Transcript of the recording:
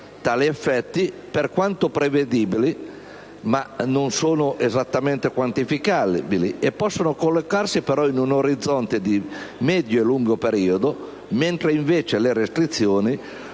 Tali effetti, per quanto prevedibili, non sono esattamente quantificabili, ma possono collocarsi in un orizzonte di medio e lungo periodo, mentre le restrizioni,